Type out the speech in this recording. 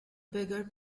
bigger